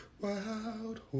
wild